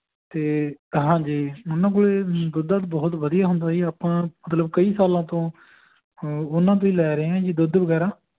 ਅਤੇ ਹਾਂਜੀ ਉਹਨਾਂ ਕੋਲ ਦੁੱਧ ਦੱਧ ਬਹੁਤ ਵਧੀਆ ਹੁੰਦਾ ਜੀ ਆਪਾਂ ਮਤਲਬ ਕਈ ਸਾਲਾਂ ਤੋਂ ਉਹਨਾਂ ਤੋਂ ਹੀ ਲੈ ਰਹੇ ਹਾਂ ਜੀ ਦੁੱਧ ਵਗੈਰਾ